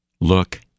look